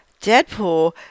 Deadpool